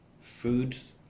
foods